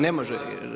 Ne može.